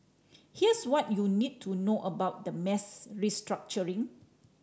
here's what you need to know about the mass restructuring